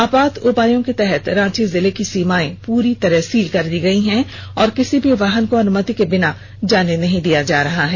आपात उपायों के तहत रांची जिले की सीमायें पूरी तरह सील कर दी गई है और किसी भी वाहन को अनुमति के बिना जाने नहीं दिया जा रहा है